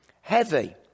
heavy